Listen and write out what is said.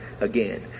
again